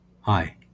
Hi